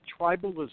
tribalism